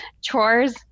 chores